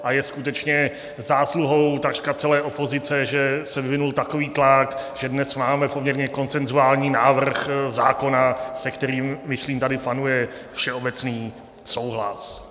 A je skutečně zásluhou takřka celé opozice, že se vyvinul takový tlak, že dnes máme poměrně konsenzuální návrh zákona, se kterým, myslím, tady panuje všeobecný souhlas.